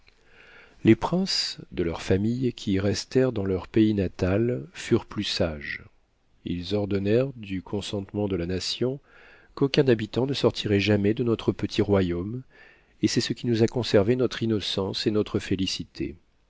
les princes de leur famille qui restèrent dans leur pays natal furent plus sages ils ordonnèrent du consentement de la nation qu'aucun habitant ne sortirait jamais de notre petit royaume et c'est ce qui nous a conservé notre innocence et notre félicité